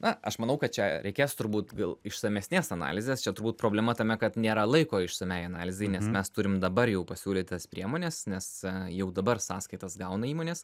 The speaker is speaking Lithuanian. na aš manau kad čia reikės turbūt gal išsamesnės analizės čia turbūt problema tame kad nėra laiko išsamiai analizei nes mes turime dabar jau pasiūlytas priemones nes jau dabar sąskaitas gauna įmonės